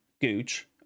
Gooch